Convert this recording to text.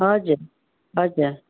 हजुर हजुर